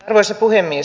arvoisa puhemies